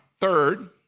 Third